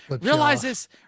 realizes